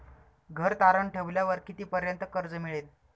घर तारण ठेवल्यावर कितीपर्यंत कर्ज मिळेल?